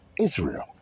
Israel